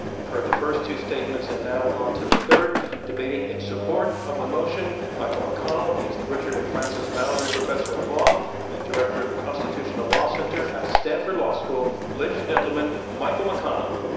you've heard the first two statements, and now on to the third. debating in support of the motion, michael mcconnell. he is the richard and frances mallory professor of law and director of the constitutional law center at stanford law school. ladies and gentlemen, michael mcconnell.